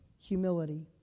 humility